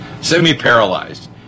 semi-paralyzed